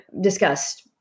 discussed